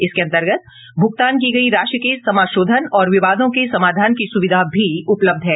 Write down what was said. इसके अन्तर्गत भूगतान की गई राशि के समाशोधन और विवादों के समाधान की सुविधा भी उपलब्ध है